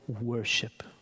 worship